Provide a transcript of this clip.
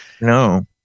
no